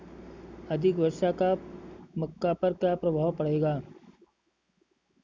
अधिक वर्षा का मक्का पर क्या प्रभाव पड़ेगा?